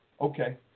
Okay